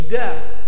death